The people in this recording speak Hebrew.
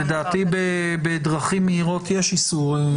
לדעתי בדרכים מהירות יש איסור.